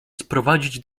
sprowadzić